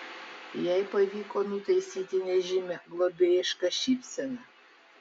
jai pavyko nutaisyti nežymią globėjišką šypseną